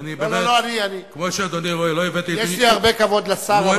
יש לי הרבה כבוד לשר.